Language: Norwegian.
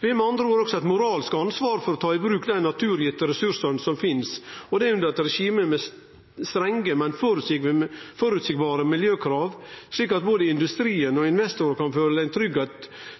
Vi har med andre ord også eit moralsk ansvar for å ta i bruk dei naturgitte ressursane som finst, og det under eit regime med strenge, men føreseielege miljøkrav, slik at både industrien og investorar kan føle seg trygge